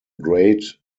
great